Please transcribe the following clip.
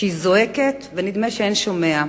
שהיא זועקת, ונדמה שאין שומע.